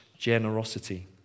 Generosity